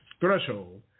threshold